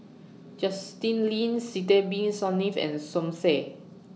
Justin Lean Sidek Bin Saniff and Som Said